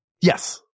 Yes